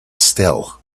still